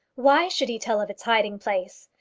why should he tell of its hiding-place?